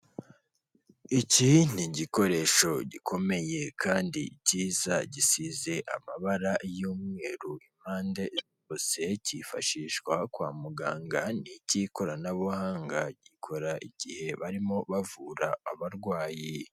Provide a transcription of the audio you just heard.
Iki n'igikoresho gikomeye kandi cyiza gisize amabara y'umweru impande cyifashishwa kwa muganga cy'ikoranabuhanga gikora igihe barimo bavura abarwayi.